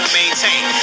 maintain